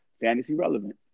fantasy-relevant